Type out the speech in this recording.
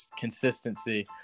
consistency